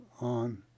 on